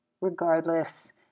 Regardless